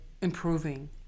improving